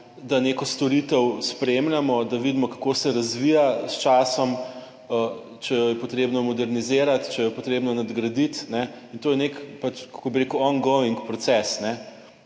da neko storitev spremljamo, da vidimo, kako se razvija s časom, če jo je potrebno modernizirati, če jo je potrebno nadgraditi. In to je nek pač, kako bi rekel, ongoing proces,